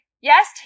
yes